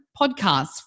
podcasts